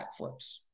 backflips